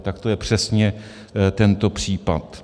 Tak to je přesně tento případ.